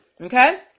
okay